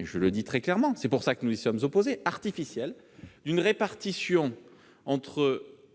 je le dis très clairement, car c'est pour ça que nous y sommes opposés -, d'une répartition entre